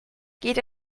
geht